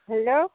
hello